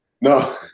No